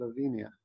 Slovenia